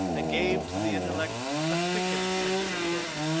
and gave to the intellect a quickened sense of joy,